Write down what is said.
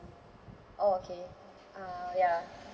orh okay uh ya